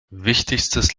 wichtigstes